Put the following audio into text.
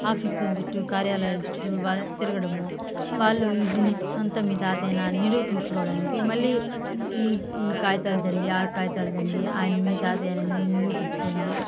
ఆఫీసులు చుట్టు కార్యాలయాలు చుట్టు వా తిరగడం వాళ్ళు ఇది మీకు సొంతం మీ తాత అని నిరూపించుకోవడానికి మళ్ళీ ఈ ఈ కాగితాలు తెండి ఆ కాగితాలు తెండి ఆయన మీ తాత అని నిరూపించుకోండి